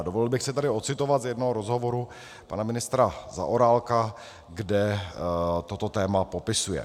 Dovolil bych si tady ocitovat z jednoho rozhovoru pana ministra Zaorálka, kde toto téma popisuje: